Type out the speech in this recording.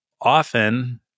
Often